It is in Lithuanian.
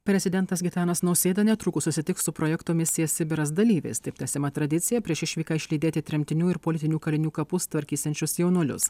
prezidentas gitanas nausėda netrukus susitiks su projekto misija sibiras dalyviais taip tęsiama tradicija prieš išvyką išlydėti tremtinių ir politinių kalinių kapus tvarkysiančius jaunuolius